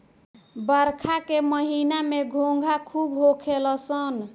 बरखा के महिना में घोंघा खूब होखेल सन